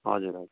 हजुर हजुर